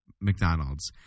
McDonald's